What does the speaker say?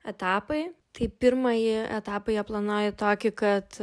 etapai tai pirmąjį etapą jie planuoja tokį kad